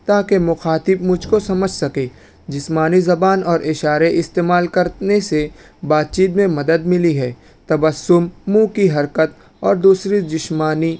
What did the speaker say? تاکہ مخاطب مجھ کو سمجھ سکے جسمانی زبان اور اشارے استعمال کرنے سے بات چیت میں مدد ملی ہے تبسم منھ کی حرکت اوردوسری جسمانی